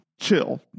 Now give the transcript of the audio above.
chill